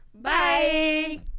Bye